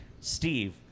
Steve